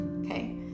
okay